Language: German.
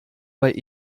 bei